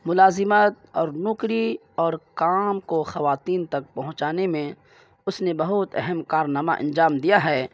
ملازمت اور نوکری اور کام کو خواتین تک پہنچانے میں اس نے بہت اہم کارنامہ انجام دیا ہے